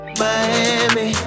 Miami